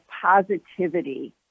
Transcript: positivity